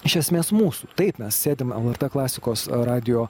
iš esmės mūsų taip mes sėdim lrt klasikos radijo